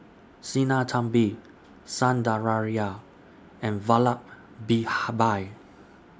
Sinnathamby Sundaraiah and Vallabhbhai